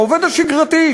העובד השגרתי,